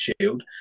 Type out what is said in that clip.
shield